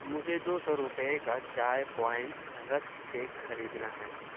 مجھے دو سو روپے کا چائے پوائنٹ رسک کیک خریدنا ہے